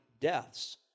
deaths